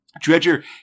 Dredger